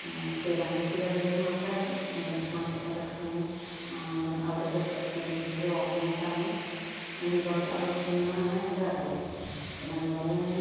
ശ്രീരാമനേയും സീതാദേവീയേയും മാത്രവല്ല ലക്ഷ്മണ സാ ലക്ഷ്മണെനെ അങ്ങനെ അവരെയൊക്കെ സ് സ്വീകരിച്ചതിന്റെ ഒരോര്മയായിട്ടാണ് ദീപാവലി ആഘോഷിക്കുന്നത് എന്നാണ് എന്റെ അറിവ് പിന്നതുപോലെ തന്നെ